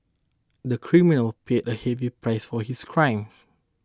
the criminal paid a heavy price for his crime